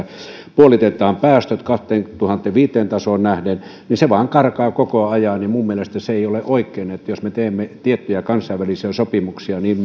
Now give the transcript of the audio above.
puolitetaan päästöt kaksituhattaviisi tasoon nähden niin se vain karkaa koko ajan minun mielestäni se ei ole oikein että jos me teemme tiettyjä kansainvälisiä sopimuksia niin